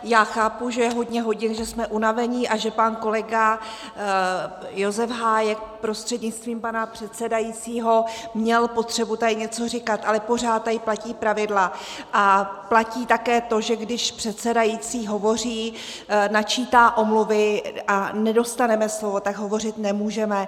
Já chápu, že je hodně hodin, že jsme unavení a že pan kolega Josef Hájek prostřednictvím pana předsedajícího měl potřebu tady něco říkat, ale pořád tady platí pravidla a platí také to, že když předsedající hovoří, načítá omluvy a nedostaneme slovo, tak hovořit nemůžeme.